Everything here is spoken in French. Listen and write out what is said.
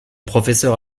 professeur